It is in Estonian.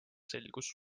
selgus